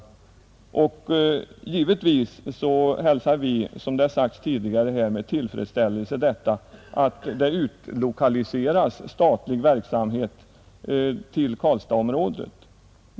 Givetvis hälsar vi, som det sagts här tidigare, med tillfredsställelse att det utlokaliseras statlig verksamhet till Karlstadsområdet.